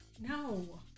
no